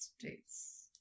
States